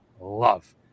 love